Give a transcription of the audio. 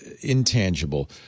intangible